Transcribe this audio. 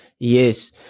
Yes